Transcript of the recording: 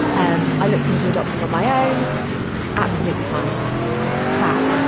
um i looked into adopting on my ah own absolutely fine fab.